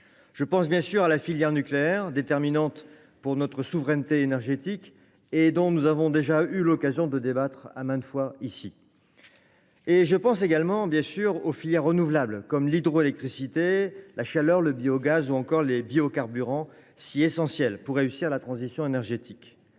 Je pense bien sûr à la filière nucléaire, déterminante pour notre souveraineté énergétique, et dont nous avons déjà eu l’occasion de débattre maintes fois au Sénat. Je pense aussi aux filières renouvelables comme l’hydroélectricité, la chaleur, le biogaz ou encore les biocarburants, si essentiels pour réussir la transition énergétique.